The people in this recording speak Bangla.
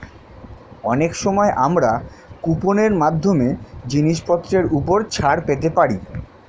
অনেক সময় আমরা কুপন এর মাধ্যমে জিনিসপত্রের উপর ছাড় পেতে পারি